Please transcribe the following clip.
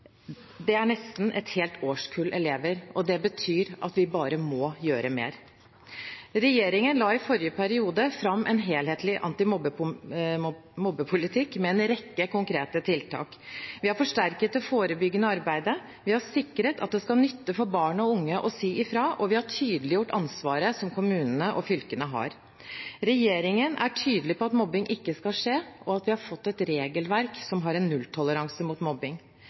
Det er nesten et helt årskull elever. Det betyr bare at vi må gjøre mer. Regjeringen la i forrige periode fram en helhetlig antimobbepolitikk med en rekke konkrete tiltak. Vi har forsterket det forebyggende arbeidet, vi har sikret at det skal nytte for barn og unge å si fra, og vi har tydeliggjort ansvaret som kommunene og fylkene har. Regjeringen er tydelig på at mobbing ikke skal skje, og vi har fått et regelverk som har nulltoleranse mot mobbing.